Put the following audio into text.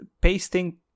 pasting